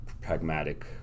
pragmatic